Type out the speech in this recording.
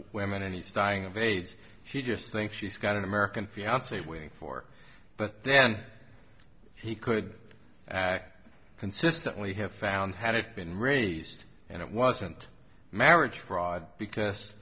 women and he's dying of aids she just thinks she's got an american fiance waiting for but then he could consistently have found had it been raised and it wasn't a marriage fraud because